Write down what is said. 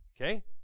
Okay